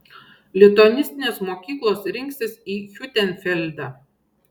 lituanistinės mokyklos rinksis į hiutenfeldą